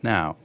Now